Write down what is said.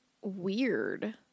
weird